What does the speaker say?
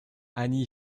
annie